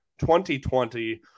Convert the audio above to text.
2020